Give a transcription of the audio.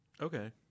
Okay